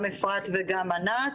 גם אפרת וגם ענת,